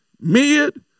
mid